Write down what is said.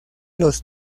los